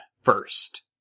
first